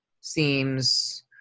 seems